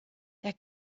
der